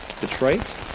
Detroit